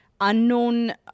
unknown